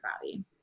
body